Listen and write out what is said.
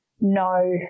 no